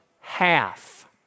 Half